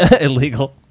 Illegal